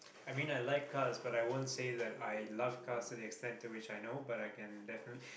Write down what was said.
I mean I like cars but I won't say that I love cars to the extent to which I know but I can definitely